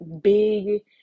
big